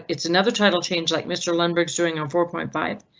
it's another title change like mr lundberg's doing or four point five,